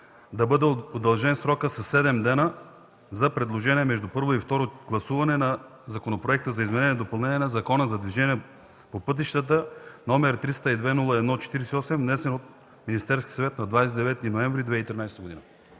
да бъде удължен със 7 дни срокът за предложения между първо и второ гласуване по Законопроект за изменение и допълнение на Закона за движение по пътищата, № 302 01-48, внесен от Министерския съвет на 29 ноември 2013 г.